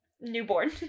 newborn